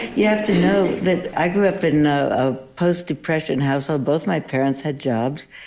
you have to know that i grew up in a ah post-depression household. both my parents had jobs,